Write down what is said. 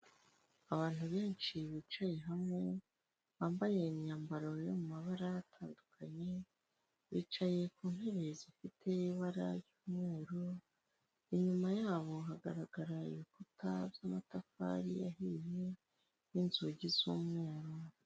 Abantu benshi bicaye hamwe bambaye imyambaro yo mu mabara atandukanye, bicaye ku ntebe zifite ibara ry'umweru, inyuma yabo hagaragara ibikuta by'amatafari ahiye n'inzugi z'umweru.